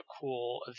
cool